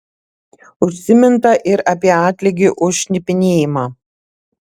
užsiminta ir apie atlygį už šnipinėjimą